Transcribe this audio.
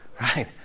Right